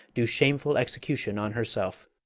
do shameful execution on herself.